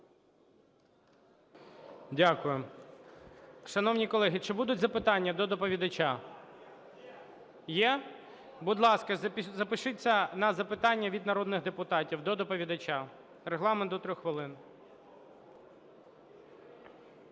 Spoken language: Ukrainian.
Дякую. Шановні колеги, чи будуть запитання до доповідача? Є? Будь ласка, запишіться на запитання від народних депутатів до доповідача. Регламент – до 3 хвилин.